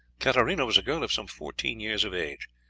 katarina was a girl of some fourteen years of age.